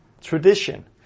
tradition